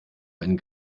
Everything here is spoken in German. einen